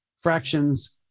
Fractions